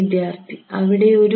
വിദ്യാർത്ഥി അവിടെ ഒരു